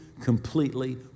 completely